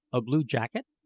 a blue jacket,